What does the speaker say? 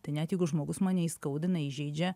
tai net jeigu žmogus mane įskaudina įžeidžia